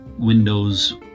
Windows